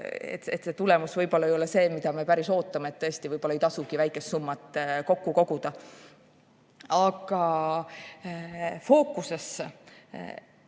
et see tulemus võib-olla ei ole see, mida me päriselt ootame. Tõesti, võib-olla ei tasugi seda väikest summat kokku koguda. Aga fookusesse